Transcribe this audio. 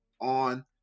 on